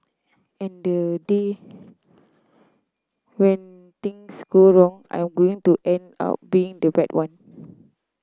and the day when things go wrong I'm going to end up being the bad one